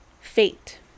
Fate